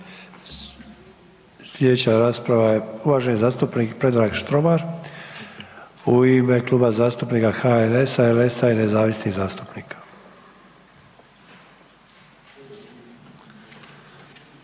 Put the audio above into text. Slijedeća rasprava je uvaženi zastupnik Predrag Štromar u ime Kluba zastupnika HNS-a, LS-a i nezavisnih zastupnika.